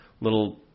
little